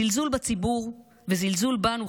זלזול בציבור וזלזול בנו,